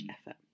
effort